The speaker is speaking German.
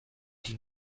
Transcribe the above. die